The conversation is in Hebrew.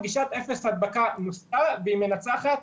גישת אפס הדבקה נוסתה והיא מנצחת,